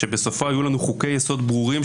שבסופה יהיו לנו חוקי-יסוד ברורים,